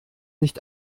nicht